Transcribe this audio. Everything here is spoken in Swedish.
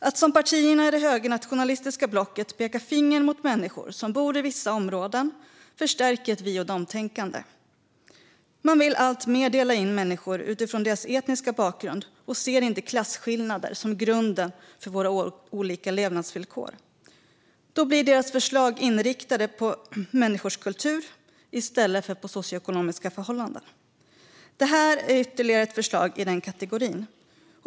Att som partierna i det högernationalistiska blocket peka finger mot människor som bor i vissa områden förstärker ett vi-och-dom-tänkande. Man vill alltmer dela in människor utifrån deras etniska bakgrund och ser inte klasskillnader som grunden till våra olika levnadsvillkor. Deras förslag blir därför inriktade på människors kultur i stället för på socioekonomiska förhållanden. Det här är ytterligare ett förslag i den kategorin.